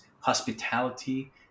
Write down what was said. hospitality